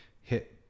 hit